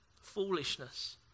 foolishness